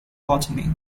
botany